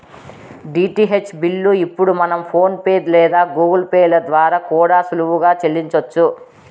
DTH bill ఇప్పుడు మనం PhonePe లేదా గూగుల్ పే ల ద్వారా కూడా సులువుగా సెల్లించొచ్చు